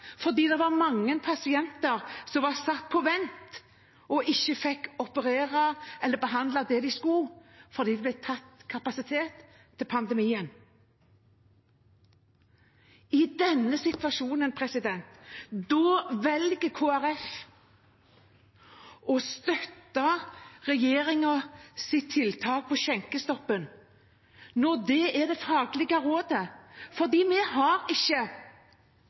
fordi det var mange pasienter som var satt på vent og ikke fikk operert eller behandlet det de skulle fordi det ble tatt kapasitet til pandemien. I denne situasjonen velger Kristelig Folkeparti å støtte regjeringens tiltak med skjenkestopp, når det er det faglige rådet, for vi har ikke